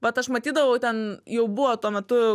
vat aš matydavau ten jau buvo tuo metu